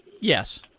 Yes